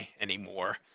anymore